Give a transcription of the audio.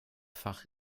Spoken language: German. fach